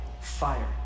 fire